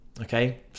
okay